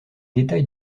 détails